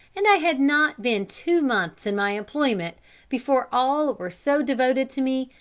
and i had not been two months in my employment before all were so devoted to me,